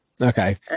Okay